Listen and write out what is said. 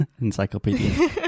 encyclopedia